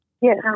Yes